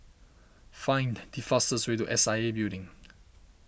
find the fastest way to S I A Building